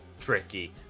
tricky